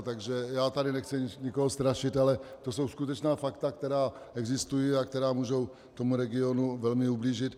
Takže nechci tady nikoho strašit, ale to jsou skutečná fakta, která existují a která můžou tomu regionu velmi ublížit.